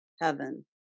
heaven